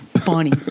funny